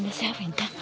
जाबाय दां